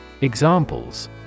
Examples